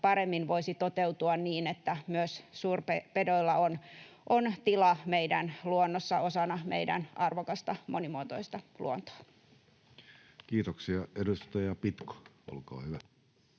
paremmin voisi toteutua, niin että myös suurpedoilla on tila meidän luonnossa osana meidän arvokasta, monimuotoista luontoa. [Speech 218] Speaker: